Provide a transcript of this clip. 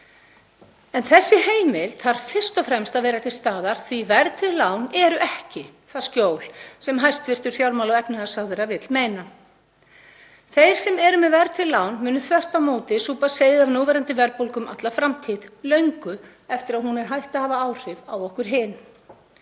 Þessi heimild þarf fyrst og fremst að vera til staðar því að verðtryggð lán eru ekki það skjól sem hæstv. fjármála- og efnahagsráðherra vill meina. Þeir sem eru með verðtryggð lán munu þvert á móti súpa seyðið af núverandi verðbólgu um alla framtíð, löngu eftir að hún er hætt að hafa áhrif á okkur hin,